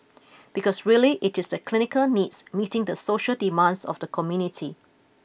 because really it is the clinical needs meeting the social demands of the community